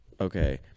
okay